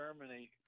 Germany